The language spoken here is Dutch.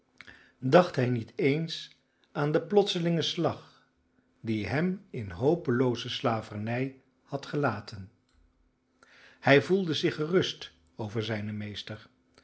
dacht hij niet eens aan den plotselingen slag die hem in hopelooze slavernij had gelaten hij voelde zich gerust over zijnen meester